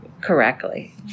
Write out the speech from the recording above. correctly